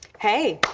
hey.